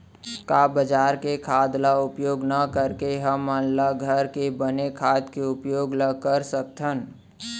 का बजार के खाद ला उपयोग न करके हमन ल घर के बने खाद के उपयोग ल कर सकथन?